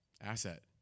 asset